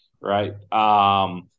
Right